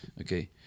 Okay